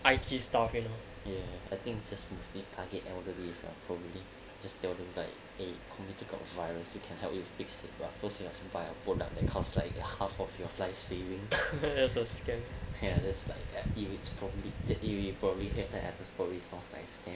I_T stuff you know I think mostly target and these are probably still don't like a political violence you can help you fix the raffles via productive cost like a half of your life saving a scam pair this time at you it's from the area probably hit the answers for resource nice thing